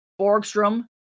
Borgstrom